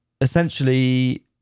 essentially